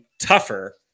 tougher